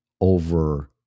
over